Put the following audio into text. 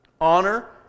honor